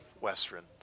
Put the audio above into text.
Western